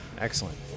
Excellent